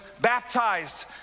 baptized